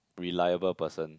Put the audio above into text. reliable person